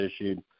issued